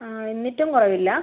ആ എന്നിട്ടും കുറവില്ലേ